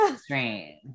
strange